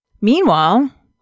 Meanwhile